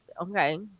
okay